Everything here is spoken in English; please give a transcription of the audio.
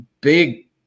big